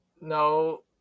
No